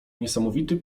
niesamowity